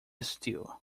stew